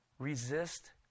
Resist